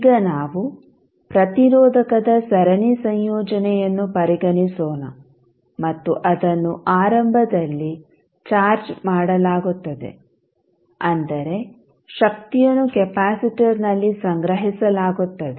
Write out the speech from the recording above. ಈಗ ನಾವು ಪ್ರತಿರೋಧಕದ ಸರಣಿ ಸಂಯೋಜನೆಯನ್ನು ಪರಿಗಣಿಸೋಣ ಮತ್ತು ಅದನ್ನು ಆರಂಭದಲ್ಲಿ ಚಾರ್ಜ್ ಮಾಡಲಾಗುತ್ತದೆ ಅಂದರೆ ಶಕ್ತಿಯನ್ನು ಕೆಪಾಸಿಟರ್ನಲ್ಲಿ ಸಂಗ್ರಹಿಸಲಾಗುತ್ತದೆ